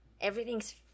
Everything's